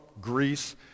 Greece